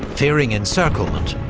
fearing encirclement,